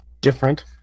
different